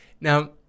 Now